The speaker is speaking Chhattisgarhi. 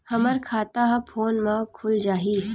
हमर खाता ह फोन मा खुल जाही?